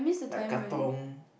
like Katong